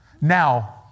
Now